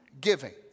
giving